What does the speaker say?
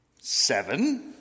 Seven